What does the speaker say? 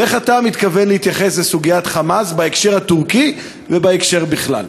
איך אתה מתכוון להתייחס לסוגיית "חמאס" בהקשר הטורקי ובהקשר בכלל?